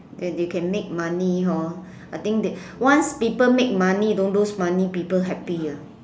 and they can make money hor I think they once people make money don't lose money people happier